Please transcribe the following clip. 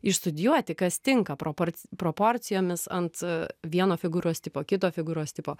išstudijuoti kas tinka propor proporcijomis ant vieno figūros tipo kito figūros tipo